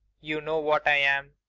you know what i am.